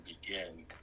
begin